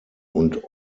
und